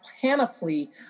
panoply